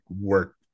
work